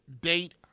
date